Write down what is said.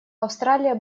австралия